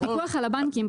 הפיקוח על הבנקים,